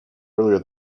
earlier